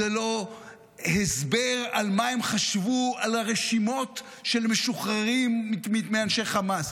זה לא הסבר על מה הם חשבו על הרשימות של משוחררים מאנשי חמאס.